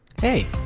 hey